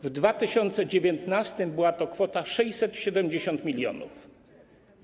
W 2019 r. była to kwota 670 mln zł.